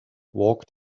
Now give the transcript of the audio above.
walked